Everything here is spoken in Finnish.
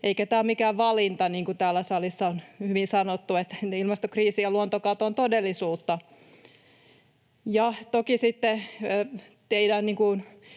Eikä tämä ole mikään valinta, niin kuin täällä salissa on hyvin sanottu: ilmastokriisi ja luontokato ovat todellisuutta. Toki sitten teidän